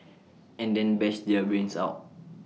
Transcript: and then bash their brains out